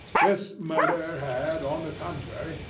this murder had, on the contrary,